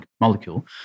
molecule